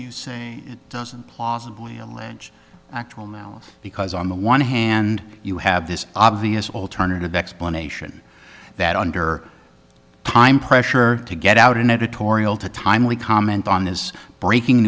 you say it doesn't plausibly allege actual malice because on the one hand you have this obvious alternative explanation that under time pressure to get out an editorial to timely comment on this breaking